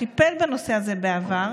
שטיפל בנושא הזה בעבר,